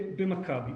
במכבי.